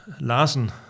Larsen